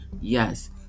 Yes